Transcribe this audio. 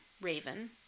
raven